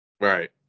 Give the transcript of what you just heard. Right